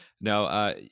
now